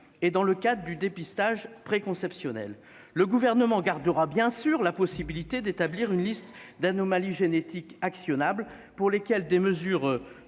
et dans le cadre du dépistage préconceptionnel. Le Gouvernement gardera la possibilité d'établir une liste d'anomalies génétiques « actionnables » pour lesquelles des mesures